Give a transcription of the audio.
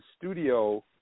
studio